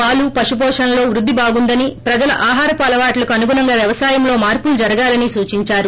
పాలు పశు పోషణలో వృద్ది బాగుందని ప్రజల ఆహారపు అలవాట్లకు అనుగుణంగా వ్యవసాయంలో మార్పులు జరగాలని సూచిందారు